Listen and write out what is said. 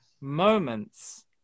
moments